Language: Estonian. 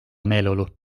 meeleolu